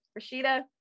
Rashida